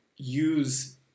use